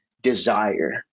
desire